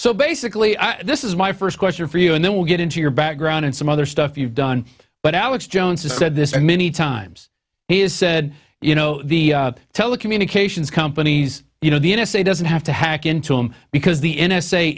so basically this is my first question for you and then we'll get into your background and some other stuff you've done but alex jones has said this and many times he has said you know the telecommunications companies you know the n s a doesn't have to hack into him because the n